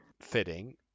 fitting